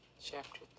chapter